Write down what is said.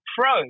pro